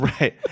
right